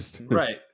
Right